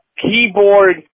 keyboard